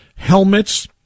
helmets